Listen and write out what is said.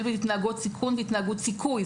בין התנהגות סיכון לבין התנהגות סיכוי.